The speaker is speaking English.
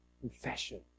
confession